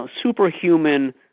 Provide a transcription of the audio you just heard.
superhuman